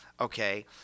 Okay